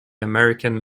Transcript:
american